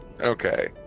Okay